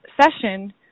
session